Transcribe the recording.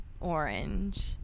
orange –